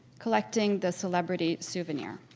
collecting the celebrity souvenir,